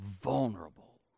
vulnerable